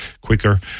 quicker